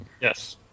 Yes